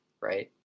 right